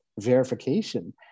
verification